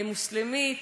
אם מוסלמית,